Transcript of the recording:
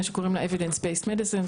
שקוראים לה evidence based medicine,